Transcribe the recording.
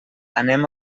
anem